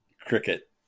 cricket